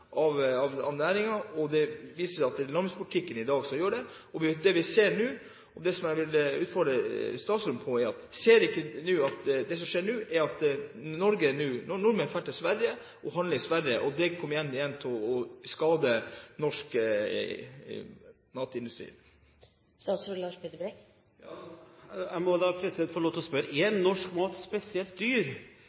av næringen, og det skyldes landbrukspolitikken i dag. Det jeg vil utfordre statsråden på, er: Ser han ikke at det som skjer nå, er at nordmenn drar til Sverige og handler, og at det igjen kommer til å skade den norske matvareindustrien? Jeg må få lov til å spørre: Er norsk mat spesielt dyr?